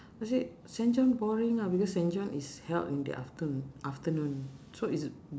I said saint john boring ah because saint john is held in the aftern~ afternoon so it's